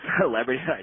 celebrity